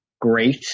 great